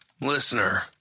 Listener